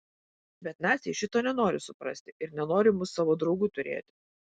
bet naciai šito nenori suprasti ir nenori mus savo draugu turėti